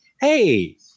hey